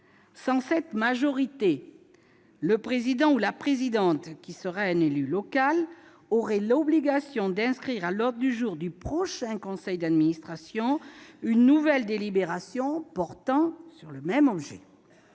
Sans cela, le président ou la présidente, qui sera un élu local, aura l'obligation d'inscrire à l'ordre du jour du prochain conseil d'administration une nouvelle délibération portant sur le même objet.